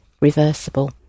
reversible